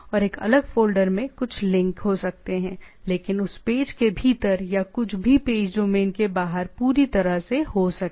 और एक अलग फ़ोल्डर में कुछ लिंक हो सकते हैं लेकिन उस पेज के भीतर या कुछ भी पेज डोमेन के बाहर पूरी तरह से हो सके